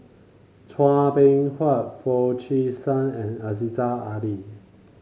Chua Beng Huat Foo Chee San and Aziza Ali